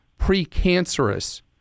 precancerous